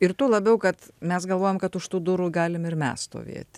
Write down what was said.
ir tuo labiau kad mes galvojam kad už tų durų galim ir mes stovėt